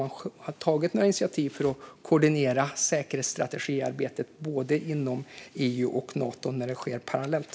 Har man tagit några initiativ för att koordinera säkerhetsstrategiarbetet inom EU och Nato när det sker parallellt?